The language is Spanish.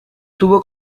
tuvo